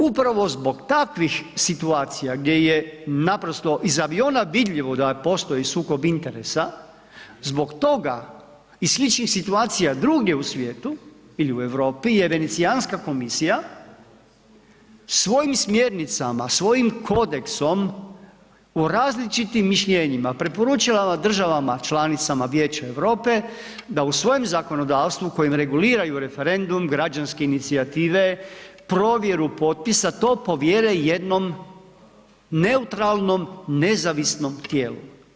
Upravo zbog takvih situacija gdje je naprosto iz aviona vidljivo da postoji sukob interesa, zbog toga i sličnih situacija drugdje u svijetu ili u Europi jer Venecijanska komisija svojim smjernicama, svojim kodeksom u različitim mišljenjima preporučila državama članicama Vijeća Europe da u svojem zakonodavstvu kojim reguliraju referendum građanske inicijative provjeru potpisa to povjere jednom neutralnom, nezavisnom tijelu.